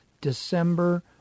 December